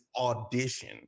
audition